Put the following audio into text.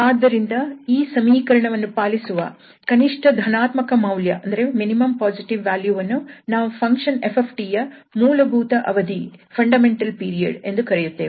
ಆದ್ದರಿಂದ ಈ ಸಮೀಕರಣವನ್ನು ಪಾಲಿಸುವ ಕನಿಷ್ಠ ಧನಾತ್ಮಕ ಮೌಲ್ಯ ವನ್ನು ನಾವು ಫಂಕ್ಷನ್ 𝑓𝑡 ಯ ಮೂಲಭೂತ ಅವಧಿ ಎಂದು ಕರೆಯುತ್ತೇವೆ